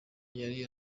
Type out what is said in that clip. yari